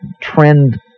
trend